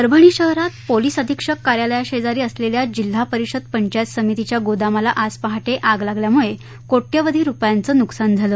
परभणी शहरात पोलीस अधीक्षक कार्यालयाशेजारी असलेल्या जिल्हा परिषद पंचायत समितीच्या गोदामाला आज पहाटे आग लागल्यामुळे कोट्यवधी रुपयांचं नुकसान झालं